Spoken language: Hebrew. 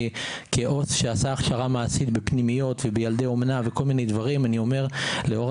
כעובד סוציאלי שעשה הכשרה מעשית בפנימיות ובילדי אומנה אני אומר לאור